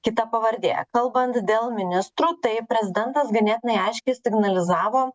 kita pavardė kalbant dėl ministrų tai prezidentas ganėtinai aiškiai signalizavo